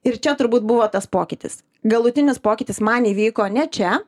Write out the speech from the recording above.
ir čia turbūt buvo tas pokytis galutinis pokytis man įvyko ne čia